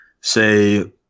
say